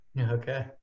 Okay